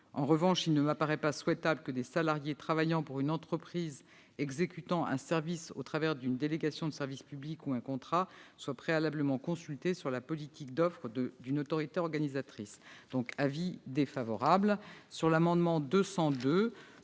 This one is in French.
En revanche, il ne m'apparaît pas souhaitable que des salariés travaillant pour une entreprise exécutant un service au travers d'une délégation de service public ou un contrat soient préalablement consultés sur la politique d'offre d'une autorité organisatrice. Le Gouvernement